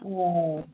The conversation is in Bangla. ও